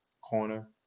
corner